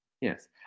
Yes